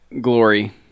Glory